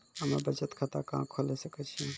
हम्मे बचत खाता कहां खोले सकै छियै?